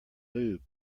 lube